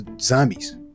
zombies